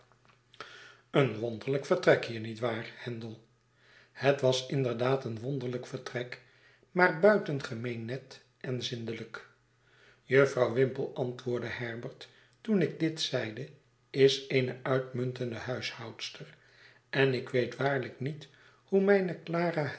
een wonderlyk vertrek hier niet waar handel het was inderdaad een wonderlijk vertrek maar buitengemeen net en zindelijk jufvrouw whimple antwoordde herbert toen ik dit zeide is eene uitmuntende huishoudster eh ik weet waarlijk niet hoe mijne clara